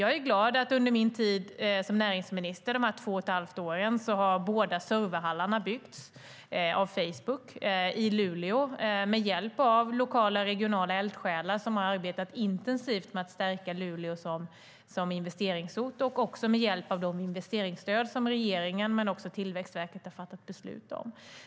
Jag är glad att under mina två och ett halvt år som näringsminister har båda serverhallarna byggts av Facebook i Luleå med hjälp av lokala och regionala eldsjälar som har arbetat intensivt med att stärka Luleå som investeringsort. Man har också haft hjälp av de investeringsstöd som regeringen och också Tillväxtverket har fattat beslut om.